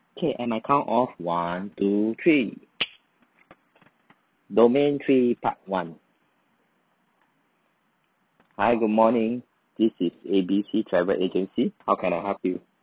okay and my count of one two three domain three part one hi good morning this is A B C travel agency how can I help you